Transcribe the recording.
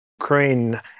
Ukraine